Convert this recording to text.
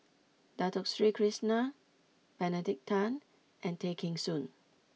Dato Sri Krishna Benedict Tan and Tay Kheng Soon